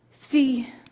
See